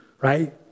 right